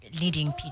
Leading